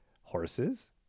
horses